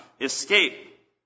escape